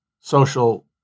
social